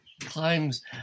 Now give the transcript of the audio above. climbs